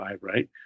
right